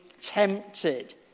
tempted